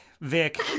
Vic